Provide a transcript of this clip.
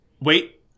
Wait